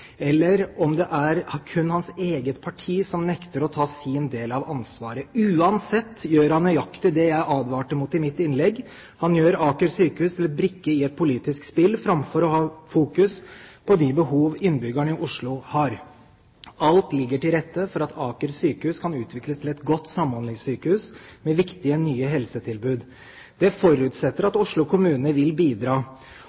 eller om det kun er hans eget parti som nekter å ta sin del av ansvaret. Uansett gjør han nøyaktig det jeg advarte mot i mitt innlegg: Han gjør Aker sykehus til en brikke i et politisk spill framfor å ha fokus på de behov innbyggerne i Oslo har. Alt ligger til rette for at Aker sykehus kan utvikles til et godt samhandlingssykehus med viktige nye helsetilbud. Det forutsetter at Oslo kommune vil bidra. Om Tybring-Gjeddes innlegg betyr at